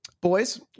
Boys